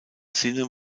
sinne